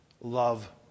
love